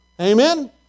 Amen